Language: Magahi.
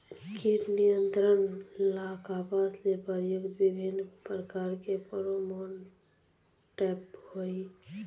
कीट नियंत्रण ला कपास में प्रयुक्त विभिन्न प्रकार के फेरोमोनटैप होई?